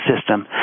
system